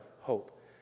hope